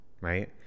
right